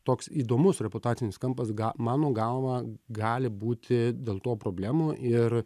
toks įdomus reputacinis kampas ga mano galva gali būti dėl to problemų ir